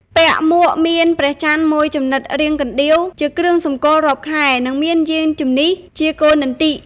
ពាក់មួកមានព្រះចន្រ្ទមួយចំណិតរាងកណ្តៀវ ជាគ្រឿងសម្គាល់រាប់ខែ និងមានយានជំនិះ ជាគោនន្ទិ។។